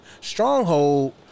stronghold